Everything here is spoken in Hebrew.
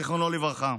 זיכרונו לברכה.